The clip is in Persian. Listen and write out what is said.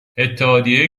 اتحادیه